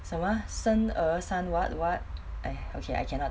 什么生儿 son what what !aiya! okay I cannot